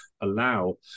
allow